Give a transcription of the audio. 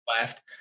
left